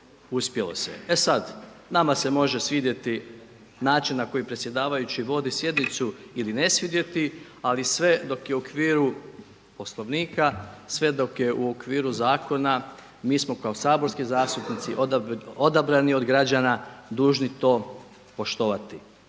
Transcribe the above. uspjelo se. E sad, nama se može svidjeti način na koji predsjedavajući vodi sjednicu ili ne svidjeti, ali sve dok je u okviru Poslovnika, sve dok je u okviru zakona mi smo kao saborski zastupnici odabrani od građana dužni to poštovati.